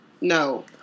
No